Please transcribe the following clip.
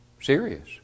serious